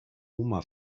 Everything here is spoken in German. oma